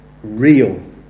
Real